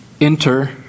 Enter